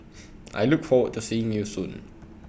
I look forward to seeing you soon